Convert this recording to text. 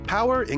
Power